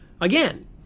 Again